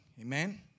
amen